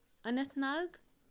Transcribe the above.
Anant Nag